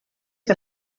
que